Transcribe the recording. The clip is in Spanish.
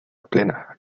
plena